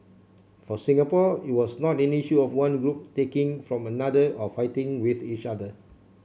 for Singapore it was not an issue of one group taking from another or fighting with each other